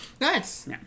nice